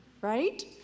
right